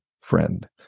friend